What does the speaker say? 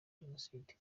jenoside